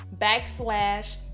backslash